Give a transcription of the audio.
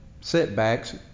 setbacks